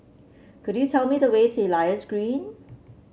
could you tell me the way to Elias Green